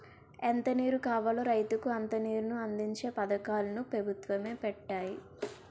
ఎంత నీరు కావాలో రైతుకి అంత నీరుని అందించే పథకాలు ను పెభుత్వాలు పెట్టాయి